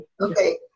okay